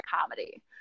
comedy